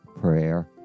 prayer